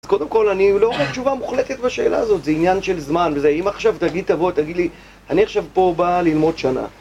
אז קודם כל אני לא רואה תשובה מוחלטת בשאלה הזאת, זה עניין של זמן. אם עכשיו תגיד.. תבוא.. תגיד לי - אני עכשיו פה בא ללמוד שנה